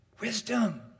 Wisdom